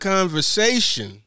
Conversation